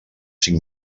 cinc